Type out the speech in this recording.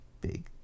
big